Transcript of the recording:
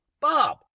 Bob